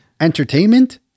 Entertainment